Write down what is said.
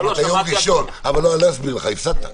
הפסדת.